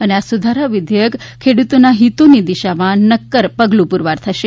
અને આ સુધારા વિઘેયક ખેડૂતોના હિતોની દિશામાં નક્કર પગલું પુરવાર થશે